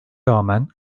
rağmen